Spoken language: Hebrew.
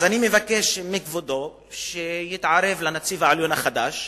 אז אני מבקש מכבודו שיתערב, לנציב העליון החדש,